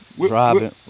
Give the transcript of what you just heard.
driving